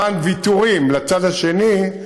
למען ויתורים לצד השני,